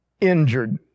injured